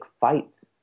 fights